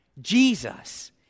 Jesus